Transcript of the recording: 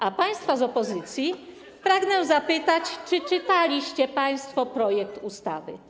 A państwa z opozycji pragnę zapytać, czy czytaliście państwo projekt ustawy.